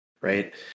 right